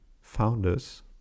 founders